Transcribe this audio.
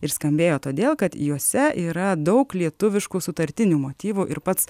ir skambėjo todėl kad juose yra daug lietuviškų sutartinių motyvų ir pats